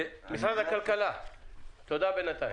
תודה, בינתיים.